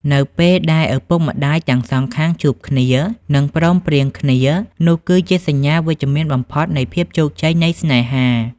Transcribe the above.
នៅពេលដែលឪពុកម្ដាយទាំងសងខាងជួបគ្នា និងយល់ព្រមព្រៀងគ្នា នោះគឺជាសញ្ញាវិជ្ជមានបំផុតនៃភាពជោគជ័យនៃស្នេហា។